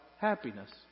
happiness